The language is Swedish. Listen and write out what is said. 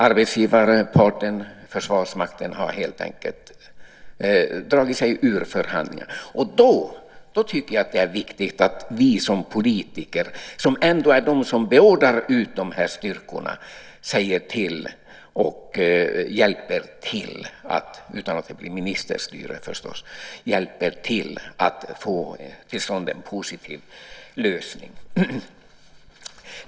Arbetsgivarparten, Försvarsmakten, har helt enkelt dragit sig ur förhandlingarna. Då tycker jag att det är viktigt att vi politiker, som ändå är de som beordrar ut de här styrkorna, säger till och hjälper till - naturligtvis utan att det blir ministerstyre - med att få till stånd en positiv lösning.